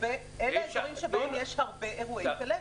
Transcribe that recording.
אזורים שבהם יש הרבה אירועי כלבת.